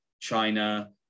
China